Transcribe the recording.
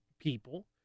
people